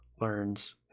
learns